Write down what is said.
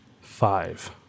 Five